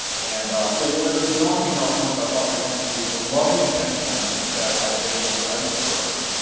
and you know the only thing here i'll point, i'll call your attention to is the loving attention that i paid to the iceberg,